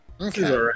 okay